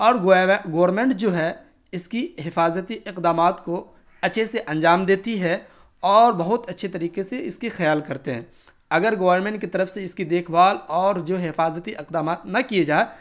اور گورنمنٹ جو ہے اس کی حفاظتی اقدامات کو اچھے سے انجام دیتی ہے اور بہت اچھے طریقے سے اس کی خیال کرتے ہیں اگر گورنمنٹ کی طرف سے اس کی دیکھ بھال اور جو حفاظتی اقدامات نہ کی جائے